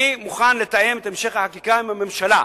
אני מוכן לתאם את המשך החקיקה עם הממשלה,